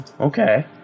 Okay